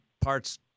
parts